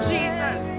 Jesus